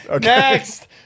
Next